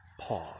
pause